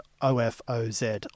O-F-O-Z